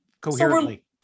coherently